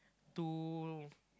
to